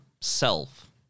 self